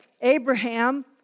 Abraham